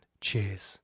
cheers